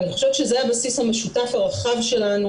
אני חושבת שזה הבסיס המשותף הרחב שלנו.